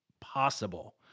possible